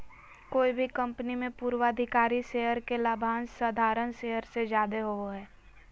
कोय भी कंपनी मे पूर्वाधिकारी शेयर के लाभांश साधारण शेयर से जादे होवो हय